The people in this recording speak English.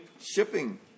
shipping